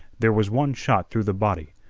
there was one shot through the body,